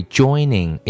joining